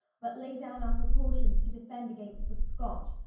but lay downe our proportions, to defend against the scot,